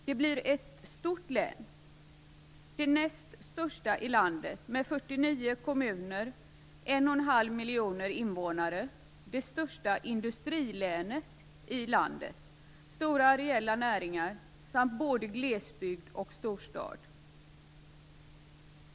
Det blir ett stor län, det näst största i landet, med 49 kommuner och 1,5 miljoner invånare. Det blir det största industrilänet i landet, med stora areella näringar samt både glesbygd och storstad.